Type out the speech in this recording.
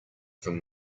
from